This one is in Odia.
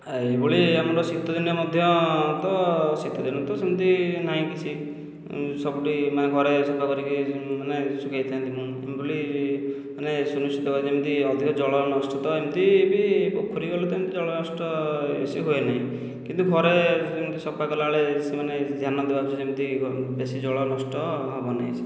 ଏହିଭଳି ଆମର ଶୀତଦିନେ ମଧ୍ୟ ତ ଶୀତଦିନ ସେମିତି ନାହିଁ କିଛି ସବୁଠି ମାନେ ଘରେ ସଫା କରିକି ମାନେ ଶୁଖାଇଥାନ୍ତି ମାନେ ସୁନିଶ୍ଚିତ ଯେମିତି ଅଧିକ ଜଳ ନଷ୍ଟ ତ ଏମିତି ବି ପୋଖରୀ ଗଲେତ ଏମିତି ଜଳ ନଷ୍ଟ ବେଶି ହୁଏନାହିଁ କିନ୍ତୁ ଘରେ ଯେମିତି ସଫା କଲାବେଳେ ସେମାନେ ଧ୍ୟାନ ଦେବା ଉଚିତ୍ ଯେମିତି ବେଶି ଜଳ ନଷ୍ଟ ହେବନାହିଁ